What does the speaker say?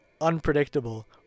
unpredictable